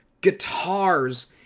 guitars